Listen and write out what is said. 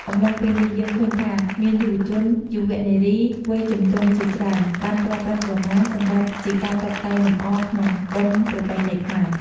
អំឡុងពេលនេះ យើងឃើញថា មានយុវជន យុវនារីវ័យជំទង់ជាច្រើនបានប្រើប្រាស់ក្រមា សម្រាប់ជាការតុបតែងលម្អក្នុងបុណ្យប្រពៃណីខ្មែរ។